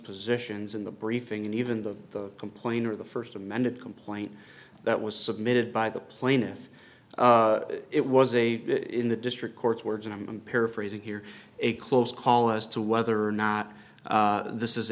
positions in the briefing and even the complainer the first amended complaint that was submitted by the plaintiff it was a in the district court's words and i'm paraphrasing here a close call as to whether or not this is